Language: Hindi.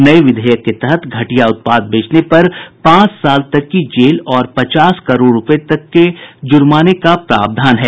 नये विधेयक के तहत घटिया उत्पाद बेचने पर पांच साल तक की जेल और पचास करोड़ रूपये तक जुर्माने का प्रावधान है